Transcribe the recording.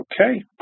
Okay